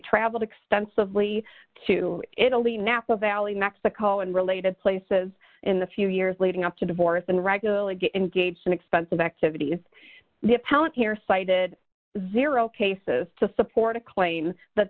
traveled extensively to italy napa valley mexico and related places in the few years leading up to divorce and regularly get engaged in expensive activities dependent here cited zero cases to support a claim that